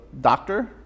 doctor